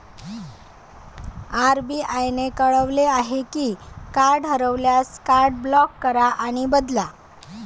RBI ने कळवले आहे की कार्ड हरवल्यास, कार्ड ब्लॉक करा आणि बदला